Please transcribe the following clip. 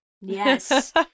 Yes